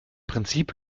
prinzip